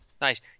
Nice